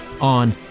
on